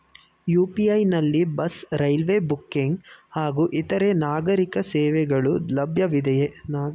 UPI ನಲ್ಲಿ bus, railway booking ಹಾಗೂ ಇತರೆ ನಾಗರೀಕ ಸೇವೆಗಳು ಲಭ್ಯವಿದೆಯೇ?